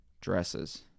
dresses